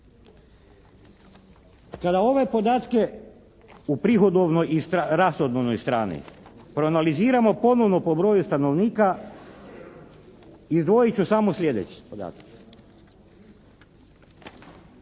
Kada ove podatke u prihodovnoj i rashodovnoj strani proanaliziramo ponovno po broju stanovnika, izdvojit ću samo slijedeći podatak.